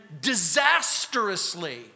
disastrously